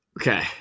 Okay